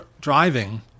driving